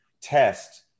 test